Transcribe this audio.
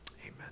amen